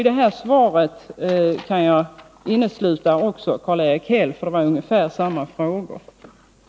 Detta svar riktar sig också till Karl-Erik Häll, eftersom det var ungefär samma frågor som han ställde.